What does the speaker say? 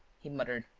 he muttered.